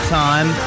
time